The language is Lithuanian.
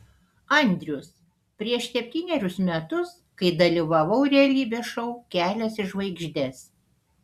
andrius prieš septynerius metus kai dalyvavau realybės šou kelias į žvaigždes